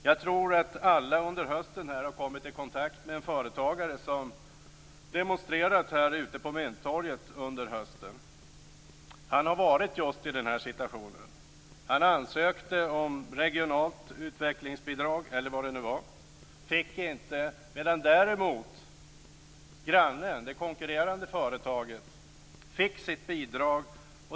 Jag tror att alla här under hösten har kommit i kontakt med en företagare som demonstrerat här ute på Mynttorget under hösten. Han har varit i just den här situationen. Han ansökte om regionalt utvecklingsbidrag, eller vad det nu var, men fick det inte, medan däremot grannen, det konkurrerande företaget, fick sitt bidrag.